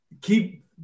Keep